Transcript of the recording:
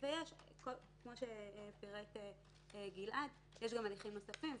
כמו שפירט גלעד, יש גם הליכים נוספים.